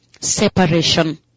separation